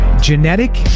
genetic